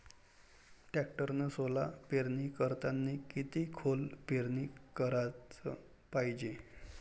टॅक्टरनं सोला पेरनी करतांनी किती खोल पेरनी कराच पायजे?